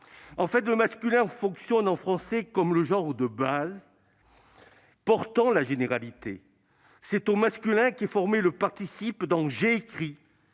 En fait, le masculin fonctionne en français comme le genre de base, portant la généralité. C'est au masculin qu'est formé le participe dans « j'ai écrit »,